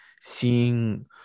seeing